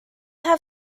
have